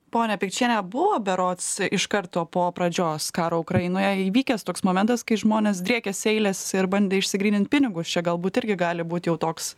ponia pikčiene buvo berods iš karto po pradžios karo ukrainoje įvykęs toks momentas kai žmonės driekėsi eilės ir bandė išsigrynint pinigus čia galbūt irgi gali būt jau toks